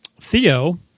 Theo